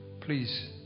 Please